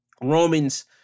Roman's